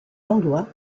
langlois